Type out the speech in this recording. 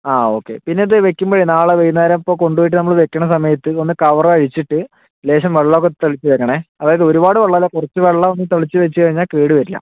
ആ ഓക്കെ പിന്നെയിത് വെക്കുമ്പഴേ നാളെ വൈകുന്നേരം ഇപ്പോൾ കൊണ്ടുപോയിട്ട് നമ്മള് വെക്കണ സമയത്ത് ഒന്ന് കവറഴിച്ചിട്ടു ലേശം വെള്ളമൊക്കെ തളിച്ചിട്ടു വെക്കണേ അതായത് ഒരുപാട് വെള്ളമല്ല കുറച്ചു വെള്ളമൊന്നു തളിച്ചു വെച്ചു കഴിഞ്ഞാൽ കേടുവരില്ല